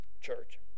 Church